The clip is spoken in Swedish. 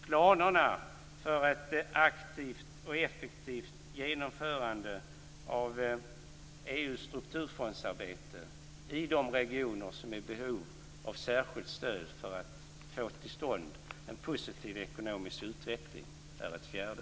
Planerna för ett aktivt och effektiv genomförande av EU:s strukturfondsarbete i de regioner som är i behov av särskilt stöd för att få till stånd en positiv ekonomisk utveckling är ett fjärde.